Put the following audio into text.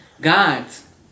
Gods